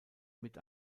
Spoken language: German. mit